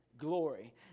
glory